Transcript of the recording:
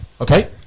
okay